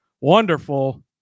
wonderful